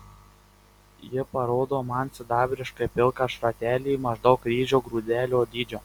ji parodo man sidabriškai pilką šratelį maždaug ryžio grūdelio dydžio